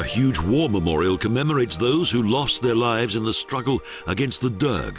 a huge war memorial commemorates those who lost their lives in the struggle against the